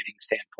standpoint